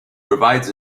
provides